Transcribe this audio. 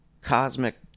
cosmic